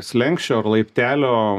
slenksčio ar laiptelio